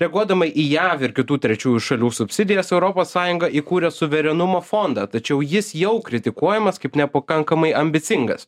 reaguodama į jav ir kitų trečiųjų šalių subsidijas europos sąjunga įkūrė suverenumo fondą tačiau jis jau kritikuojamas kaip nepakankamai ambicingas